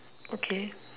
okay